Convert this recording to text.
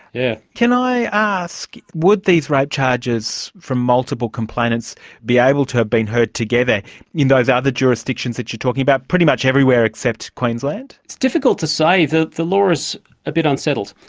yeah can i ask, would these rape charges from multiple complainants be able to have been heard together in those ah other jurisdictions that you're talking about, pretty much everywhere except queensland? it's difficult to say the the law is a bit unsettled.